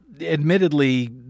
admittedly